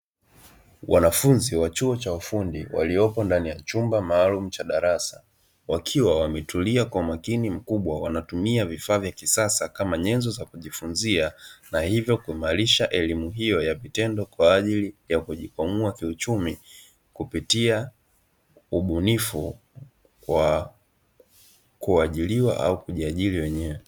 Wanafunzi wa chuo cha ufundi waliopo ndani ya chumba maalumu cha darasa wakiwa wametulia kwa umakini mkubwa wanatumia vifaa vya kisasa kama nyenzo za kujifunzia, na hivyo kuimarisha elimu hiyo ya vitendo kwa ajili ya kujikwamua kiuchumi kupitia ubunifu wa kuajiriwa au kujiajiri wenyewe.